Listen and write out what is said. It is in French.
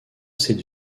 cette